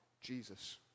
Jesus